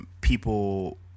People